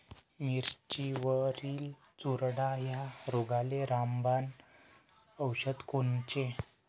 मिरचीवरील चुरडा या रोगाले रामबाण औषध कोनचे?